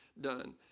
done